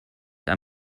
are